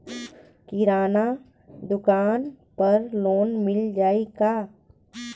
किराना दुकान पर लोन मिल जाई का?